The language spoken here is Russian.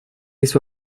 есть